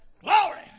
Glory